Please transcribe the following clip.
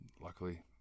luckily